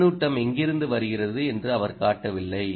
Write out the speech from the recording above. பின்னூட்டம் எங்கிருந்து வருகிறது என்று அவர் காட்டவில்லை